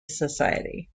society